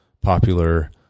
popular